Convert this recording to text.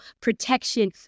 protection